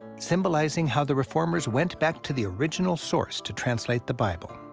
symbolizing how the reformers went back to the original source to translate the bible.